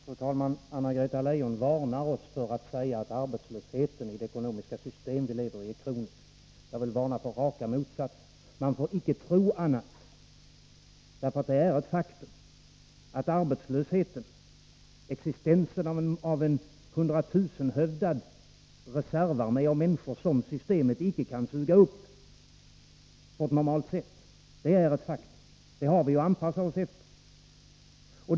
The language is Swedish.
Fru talman! Anna-Greta Leijon varnar oss för att säga att arbetslösheten i det ekonomiska system som vi lever i är kronisk. Jag vill varna för raka motsatsen — man får icke tro annat. Existensen av en hundratusenhövdad reservarmé av människor som systemet inte kan suga upp på ett normalt sätt är ju ett faktum, och det har vi att anpassa oss efter.